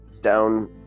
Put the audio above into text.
down